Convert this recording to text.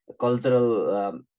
Cultural